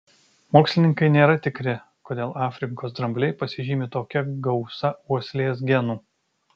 mokslininkai nėra tikri kodėl afrikos drambliai pasižymi tokia gausa uoslės genų